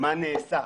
מה נעשה,